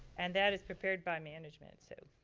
and that is prepared by management so,